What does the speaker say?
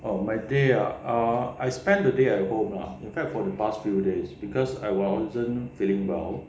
oh my day ah err I spend the day at home lah in fact for the past few days because I wasn't feeling well